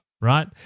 Right